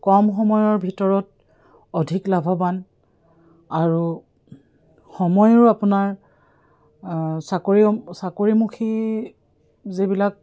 কম সময়ৰ ভিতৰত অধিক লাভৱান আৰু সময়ৰো আপোনাৰ চাকৰি চাকৰিমুখী যিবিলাক